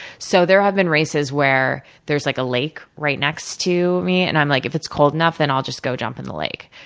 so, there have been races where there's been like a lake right next to me, and i'm like, if it's cold enough, then i'll just go jump in the lake.